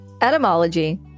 Etymology